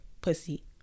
pussy